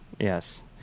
Yes